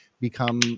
become